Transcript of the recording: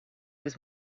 was